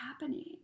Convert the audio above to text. happening